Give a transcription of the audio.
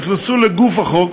נכנסו לגוף החוק